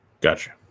Gotcha